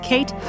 Kate